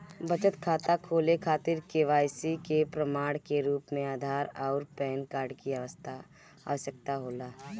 बचत खाता खोले खातिर के.वाइ.सी के प्रमाण के रूप में आधार आउर पैन कार्ड की आवश्यकता होला